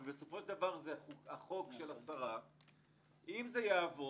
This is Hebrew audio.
בסופו של דבר זה החוק של השרה - אם זה יעבור,